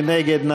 מי נגד?